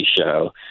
show